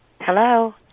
Hello